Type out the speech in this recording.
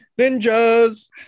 ninjas